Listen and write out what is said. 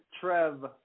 Trev